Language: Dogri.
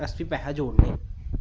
अस बी पैहा जोड़ने